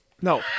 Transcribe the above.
No